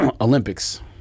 Olympics